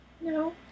No